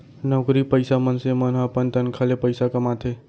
नउकरी पइसा मनसे मन ह अपन तनखा ले पइसा कमाथे